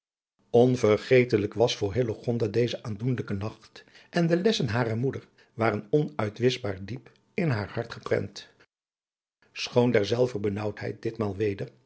onvergetelijk was voor hillegonda deze aandoenlijke nacht en de lessen harer moeder waren onuitwischbaar diep in haar hart geprent schoon derzelver benaauwdheid ditmaal weder